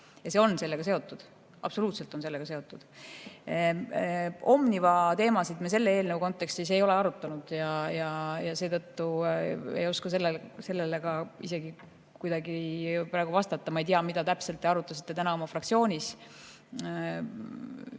eelnõu on sellega seotud, absoluutselt on sellega seotud. Omniva teemasid me selle eelnõu kontekstis ei ole arutanud ja seetõttu ma ei oska sellele kuidagi vastata. Ma ei tea, mida täpselt te arutasite täna oma fraktsioonis.